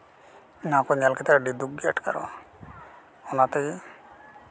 ᱚᱱᱟ ᱠᱚ ᱧᱮᱞ ᱠᱟᱛᱮᱜ ᱟᱹᱰᱤ ᱫᱩᱠ ᱜᱮ ᱟᱴᱟᱨᱚᱜᱼᱟ ᱚᱱᱟᱛᱮ